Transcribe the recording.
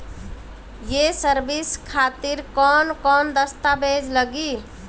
ये सर्विस खातिर कौन कौन दस्तावेज लगी?